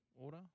order